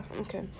Okay